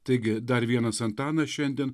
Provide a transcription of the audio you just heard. taigi dar vienas antanas šiandien